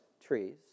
trees